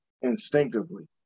instinctively